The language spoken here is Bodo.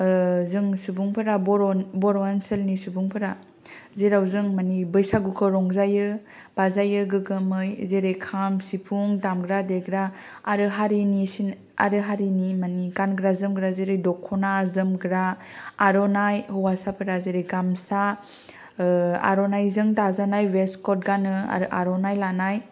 जों सुबुं फोरा बर' ओनसोलनि सुबुंफोरा जेराव जों माने बैसागुखौ रंजायो बाजायो गोगोमै जेरै खाम सिफुं दामग्रा देग्रा आरो हारिनि गानग्रा जोमग्रा माने जेरै दख'ना जोमग्रा आर'नाय हौवासाफोरा जेरै गामसा आर'नायजों दाजानाय वेस्ट कट गानो आरो आर'नाय लानाय